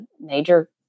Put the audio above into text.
major